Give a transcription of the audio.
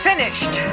finished